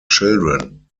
children